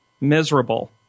miserable